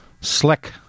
Slick